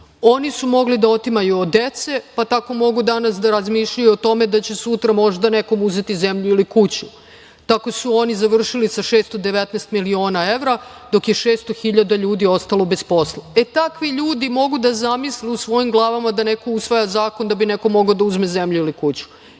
Oni su mogli da otimaju od dece, pa tako mogu danas da razmišljaju o tome da će sutra možda nekom uzeti zemlju ili kuću. Tako su oni završili sa 619 miliona evra, dok je 600 hiljada ljudi ostalo bez posla. E, takvi ljudi mogu da zamisle u svojim glavama da neko usvaja zakon da bi neko mogao da uzme zemlju ili kuću.